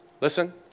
Listen